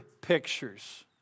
pictures